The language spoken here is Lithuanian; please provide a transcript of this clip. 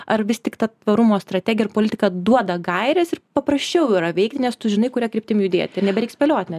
ar vis tik ta tvarumo strategija ir politika duoda gaires ir paprasčiau yra veikt nes tu žinai kuria kryptim judėti ir nebereik spėliot netgi